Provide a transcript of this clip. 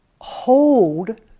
hold